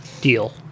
deal